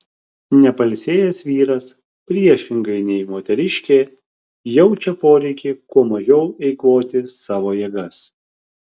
nepailsėjęs vyras priešingai nei moteriškė jaučia poreikį kuo mažiau eikvoti savo jėgas